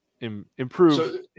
improve